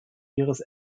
ihres